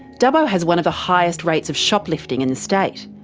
dubbo has one of the highest rates of shoplifting in the state.